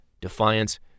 defiance